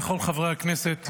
כל חברי הכנסת,